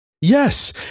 Yes